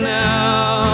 now